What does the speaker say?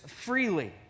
freely